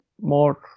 more